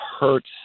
hurts